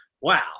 Wow